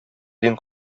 дин